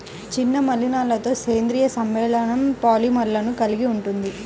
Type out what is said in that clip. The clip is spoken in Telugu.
చిన్న మలినాలతోసేంద్రీయ సమ్మేళనంపాలిమర్లను కలిగి ఉంటుంది